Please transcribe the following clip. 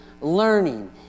learning